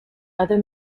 other